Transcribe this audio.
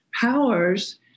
powers